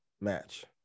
match